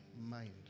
mind